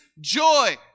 joy